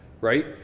right